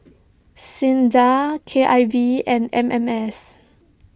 Sinda K I V and M M S